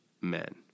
men